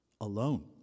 alone